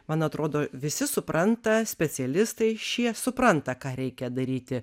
man atrodo visi supranta specialistai šie supranta ką reikia daryti